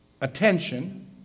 attention